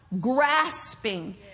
grasping